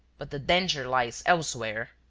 but the danger lies elsewhere.